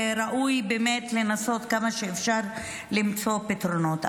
וראוי באמת לנסות כמה שאפשר למצוא פתרונות.